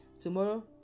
Tomorrow